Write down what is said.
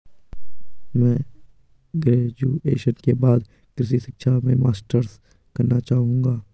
मैं ग्रेजुएशन के बाद कृषि शिक्षा में मास्टर्स करना चाहूंगा